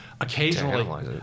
occasionally